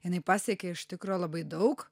jinai pasiekė iš tikro labai daug